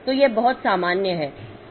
तो यह बहुत सामान्य है